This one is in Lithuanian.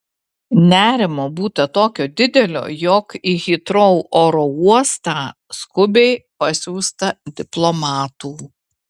nerimo būta tokio didelio jog į hitrou oro uostą skubiai pasiųsta diplomatų